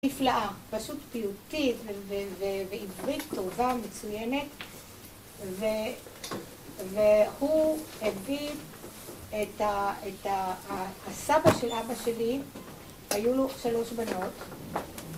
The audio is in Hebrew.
נפלאה, פשוט פיוטית, ועברית טובה, מצוינת, והוא הביא את הסבא של אבא שלי, היו לו שלוש בנות